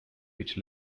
which